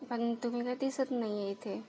पण तुम्ही काय दिसत नाही आहे इथे